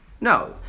No